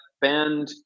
band